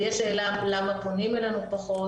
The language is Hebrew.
ויש שאלה למה פונים אלינו פחות,